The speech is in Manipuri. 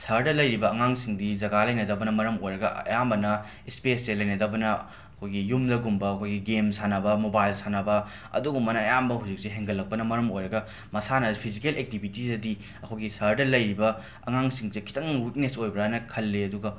ꯁꯍꯔꯗ ꯂꯩꯔꯤꯕ ꯑꯉꯥꯡꯁꯤꯡꯗꯤ ꯖꯒꯥ ꯂꯩꯅꯗꯕꯅ ꯃꯔꯝ ꯑꯣꯏꯔꯒ ꯑꯌꯥꯝꯕꯅ ꯁ꯭ꯄꯦꯁꯁꯦ ꯂꯩꯅꯗꯕꯅ ꯑꯩꯈꯣꯏꯒꯤ ꯌꯨꯝꯗꯒꯨꯝꯕ ꯑꯩꯈꯣꯏꯒꯤ ꯒꯦꯝ ꯁꯥꯟꯅꯕ ꯃꯣꯕꯥꯏꯜ ꯁꯥꯟꯅꯕ ꯑꯗꯨꯒꯨꯝꯕꯅ ꯑꯌꯥꯝꯕ ꯍꯧꯖꯤꯛꯁꯦ ꯍꯦꯟꯒꯠꯂꯛꯄꯅ ꯃꯔꯝ ꯑꯣꯏꯔꯒ ꯃꯁꯥꯟꯅ ꯐꯤꯖꯤꯀꯦꯜ ꯑꯦꯛꯇꯤꯕꯤꯇꯤꯗꯗꯤ ꯑꯩꯈꯣꯏꯒꯤ ꯁꯍꯔꯗ ꯂꯩꯔꯤꯕ ꯑꯉꯥꯡꯁꯤꯡꯁꯦ ꯈꯤꯇꯪ ꯋꯤꯛꯅꯦꯁ ꯑꯣꯏꯕ꯭ꯔꯅ ꯈꯜꯂꯦ ꯑꯗꯨꯒ